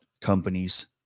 companies